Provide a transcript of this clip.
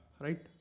right